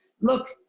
look